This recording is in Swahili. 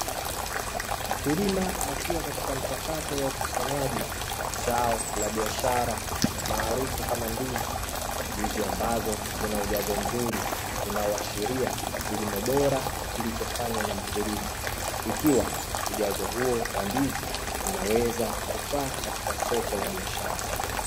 Mkulima akiwa katika mchakato wa ukusaji, zao la biashara maarufu kama ndizi. Ndizi ambazo zina ujazo mzuri, unaoashiria kilimo bora kilichofanywa na mkulima. Ikiwa ujazo huo wa ndizi unaweza kufaa, katika soko la biashara.